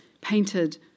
painted